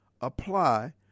apply